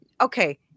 Okay